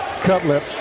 Cutlip